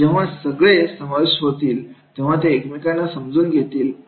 जेव्हा सगळे सगळे समाविष्ट होतील तेव्हा ते एकमेकांना समजून घेतील